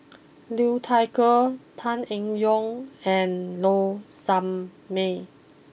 Liu Thai Ker Tan Eng Yoon and Low Sanmay